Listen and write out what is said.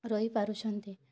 ରହିପାରୁଛନ୍ତି